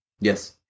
Yes